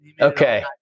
Okay